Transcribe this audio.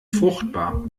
fruchtbar